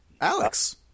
Alex